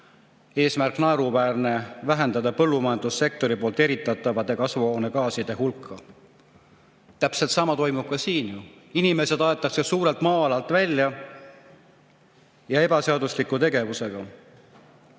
Eesmärk on naeruväärne: vähendada põllumajandussektoris eritatavate kasvuhoonegaaside hulka. Täpselt sama toimub ka ju siin. Inimesed aetakse suurelt maa-alalt välja ja seda ebaseadusliku tegevusega.